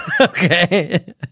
Okay